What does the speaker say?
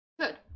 good